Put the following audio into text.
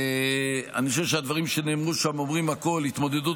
אני חושב שהדברים שנאמרו שם אומרים הכול: "התמודדות